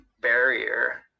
barrier